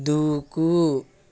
దూకు